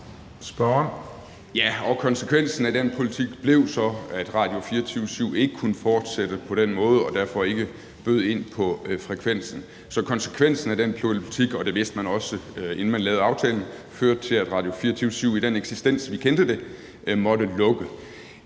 Ja, og konsekvensen af den politik blev så, at Radio24syv ikke kunne fortsætte på den måde og derfor ikke bød ind på frekvensen. Så konsekvensen af den politik – og det vidste man også, inden man lavede aftalen – førte til, at Radio24syv i den eksistensform, vi kendte det, måtte lukke.